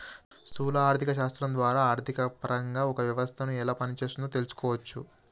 స్థూల ఆర్థిక శాస్త్రం ద్వారా ఆర్థికపరంగా ఒక వ్యవస్థను ఎలా పనిచేస్తోందో తెలుసుకోవచ్చు